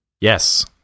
Yes